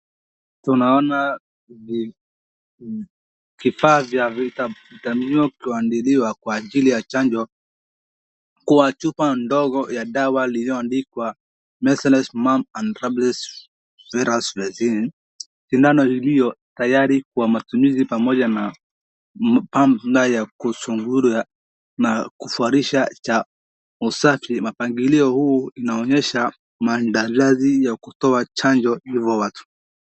Tunaona vifaa vya kuthaminiwa kutuadithiwa kwa ajili ya chanjo, kwa chupa ndogo ya dawa iiyoandikwa measles, mumps and rubella virus vaccine shindano iliyo tayari kwa matuminzi pamoja na pamba ya kuzingira kuvalisha cha usafi, mpangilio huu unaonyesha madarati ya kutoa chanjo kwa watu.